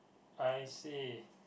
I see